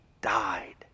died